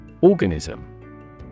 Organism